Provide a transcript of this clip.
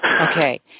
Okay